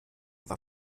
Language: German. war